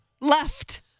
Left